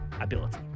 Ability